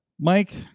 Mike